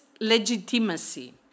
legitimacy